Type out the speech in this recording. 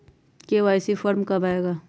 KYC form कब आए गा?